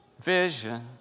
vision